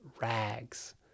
rags